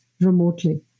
remotely